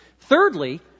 Thirdly